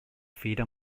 fira